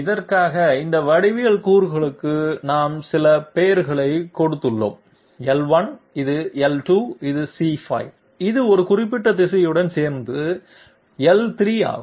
இதற்காக இந்த வடிவியல் கூறுகளுக்கு நாம் சில பெயர்களைக் கொடுத்துள்ளோம் l1 இது l2 இது c5 இது ஒரு குறிப்பிட்ட திசையுடன் சேர்ந்து l3 ஆகும்